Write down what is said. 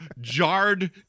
jarred